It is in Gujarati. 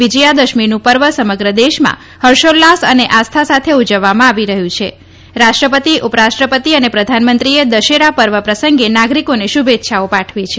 વિજયાદશમીનું પર્વ સમગ્ર દેશમાં ફર્ષોલ્લાસ અને આસ્થા સાથે ઉજવવામાં આવી રહ્યું છે રાષ્ટ્રપતિ ઉપરાષ્ટ્રપતિ અને પ્રઘાનમંત્રીએ દશેરા પર્વ પ્રસંગે નાગરીકોને શુભેચ્છાઓ પાઠવી છે